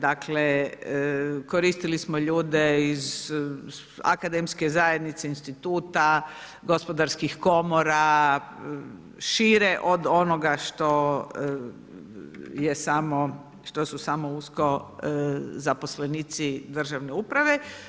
Dakle, koristili smo ljude iz akademske zajednice, instituta, gospodarskih komora, šire od onoga što su samo usko zaposlenici državne uprave.